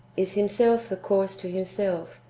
is himself the cause to himself,